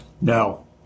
No